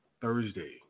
Thursday